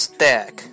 Stack